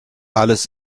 alles